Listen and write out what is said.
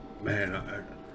man